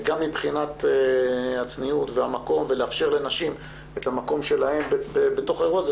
גם מבחינת הצניעות והמקום ולאפשר לנשים את המקום שלהן בתוך האירוע הזה,